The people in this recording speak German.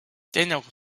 dennoch